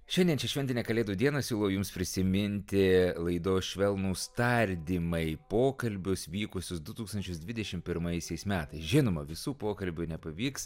šiandien šią šventinę kalėdų dieną siūlau jums prisiminti laidos švelnūs tardymai pokalbius vykusius du tūkstančius dvidešim pirmaisiais metais žinoma visų pokalbių nepavyks